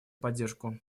поддержку